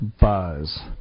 buzz